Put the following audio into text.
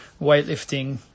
weightlifting